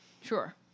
Sure